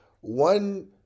one